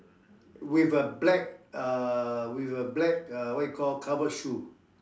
with a black uh with a black uh what you call covered shoe